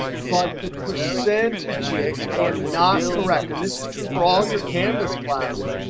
but the percentages are not correct. and this is true for all your canvas classes.